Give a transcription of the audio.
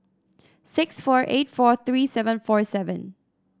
six four eight four three seven four seven